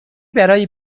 برای